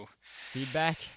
Feedback